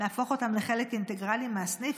להפוך אותם לחלק אינטגרלי מהסניף.